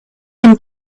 and